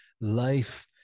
life